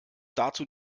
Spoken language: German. dazu